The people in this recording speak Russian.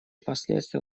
последствия